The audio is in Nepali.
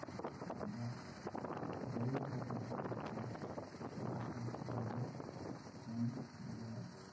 र धेरै प्रकारका यस्ता विशेषताहरू छन् र